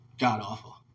god-awful